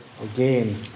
again